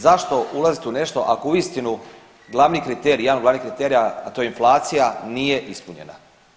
Zašto ulazit u nešto ako uistinu glavni kriterij, jedan od glavnih kriterija, a to je inflacija nije ispunjena.